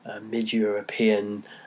mid-European